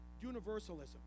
universalism